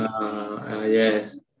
Yes